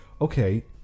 Okay